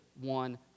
one